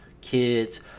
kids